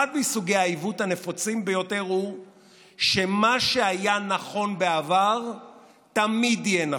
אחד מסוגי העיוות הנפוצים ביותר הוא שמה שהיה נכון בעבר תמיד יהיה נכון,